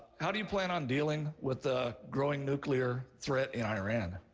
how do you plan on dealing with the growing nuclear threat in iran?